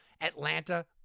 Atlanta